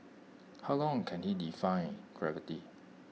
how long can he defy gravity